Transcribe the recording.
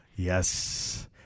Yes